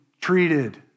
treated